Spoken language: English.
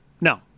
No